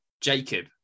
Jacob